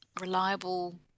reliable